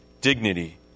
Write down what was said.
dignity